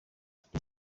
rayon